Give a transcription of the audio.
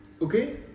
okay